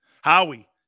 Howie